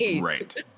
right